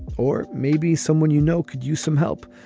or maybe someone you know could use some help.